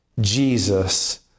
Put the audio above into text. Jesus